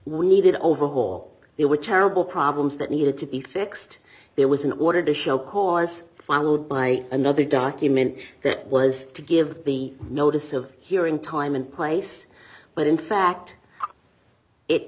we needed overhaul there were terrible problems that needed to be fixed there was an order to show cause one would buy another document that was to give the notice of hearing time and place but in fact it